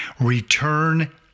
return